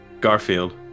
Garfield